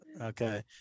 Okay